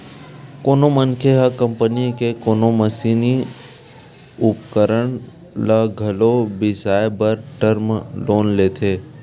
कोनो मनखे ह कंपनी के कोनो मसीनी उपकरन ल घलो बिसाए बर टर्म लोन लेथे